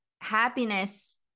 happiness